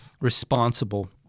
responsible